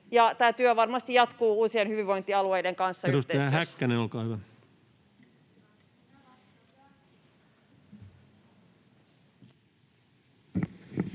tämä työ varmasti jatkuu uusien hyvinvointialueiden kanssa